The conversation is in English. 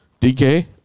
DK